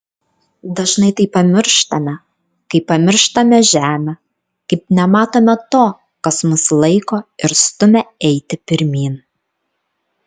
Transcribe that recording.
dažnai tai pamirštame kaip pamirštame žemę kaip nematome to kas mus laiko ir stumia eiti pirmyn